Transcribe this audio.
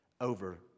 over